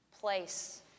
place